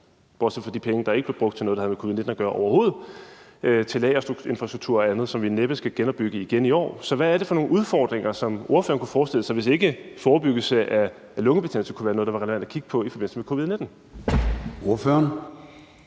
bortset fra de penge, der ikke blev brugt til noget, der havde med covid-19 at gøre, overhovedet. De gik til lagerinfrastruktur og andet, som vi næppe skal genopbygge igen i år. Så hvad er det for nogle udfordringer, som ordføreren kunne forestille sig der kunne være, hvis ikke forebyggelse af lungebetændelse var noget, der var relevant at kigge på i forbindelse med covid-19? Kl.